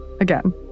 Again